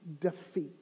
defeat